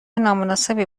نامناسبی